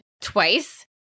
twice